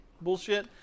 bullshit